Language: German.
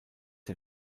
der